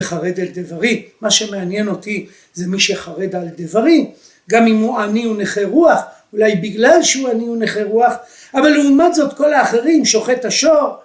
חרד על דברי. מה שמעניין אותי זה מי שחרד על דברים גם אם הוא עני ונכה רוח אולי בגלל שהוא עני ונכה רוח. אבל לעומת זאת כל האחרים, שוחט השור